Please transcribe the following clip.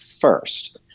First